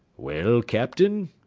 well, captain?